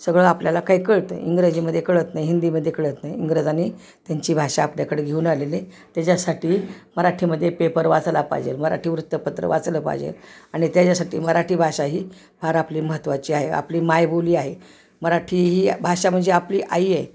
सगळं आपल्याला काही कळतं इंग्रजीमध्ये कळत नाही हिंदीमध्ये कळत नाही इंग्रजांनी त्यांची भाषा आपल्याकडे घेऊन आलेली त्याच्यासाठी मराठीमध्ये पेपर वाचायला पाहिजे मराठी वृत्तपत्र वाचायलं पाहिजे आणि त्याच्यासाठी मराठी भाषा ही फार आपली महत्त्वाची आहे आपली मायबोली आहे मराठी ही भाषा म्हणजे आपली आई आहे